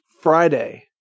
Friday